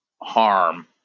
harm